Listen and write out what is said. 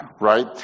Right